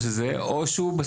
או שהוא מתייאש,